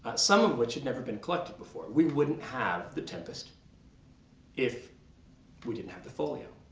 some of which had never been collected before. we wouldn't have the tempest if we didn't have the folio.